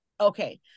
Okay